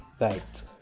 right